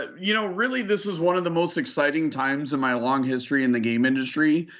you know really, this is one of the most exciting times in my long history in the game industry.